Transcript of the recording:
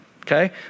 okay